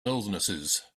illnesses